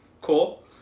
Cool